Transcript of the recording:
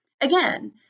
Again